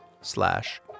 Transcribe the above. slash